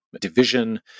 division